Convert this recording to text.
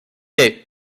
est